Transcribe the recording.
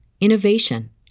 innovation